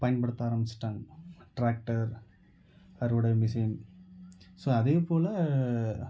பயன்படுத்த ஆரமிச்சிட்டாங்க ட்ராக்டர் அறுவடை மிஷின் ஸோ அதே போல்